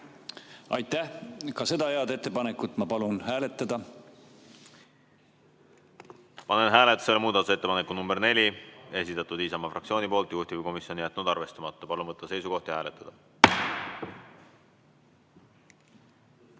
Aitäh! Ka seda head ettepanekut ma palun hääletada. Panen hääletusele muudatusettepaneku nr 4. Esitatud Isamaa fraktsiooni poolt, juhtivkomisjon on jätnud arvestamata. Palun võtta seisukoht ja hääletada!